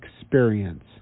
experience